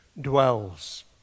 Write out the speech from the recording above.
dwells